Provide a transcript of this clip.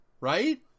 right